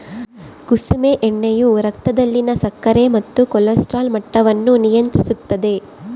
ಕುಸುಮೆ ಎಣ್ಣೆಯು ರಕ್ತದಲ್ಲಿನ ಸಕ್ಕರೆ ಮತ್ತು ಕೊಲೆಸ್ಟ್ರಾಲ್ ಮಟ್ಟವನ್ನು ನಿಯಂತ್ರಿಸುತ್ತದ